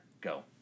Go